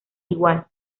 igual